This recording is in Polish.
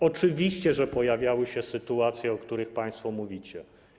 Oczywiście, że pojawiały się sytuacje, o których państwo mówicie.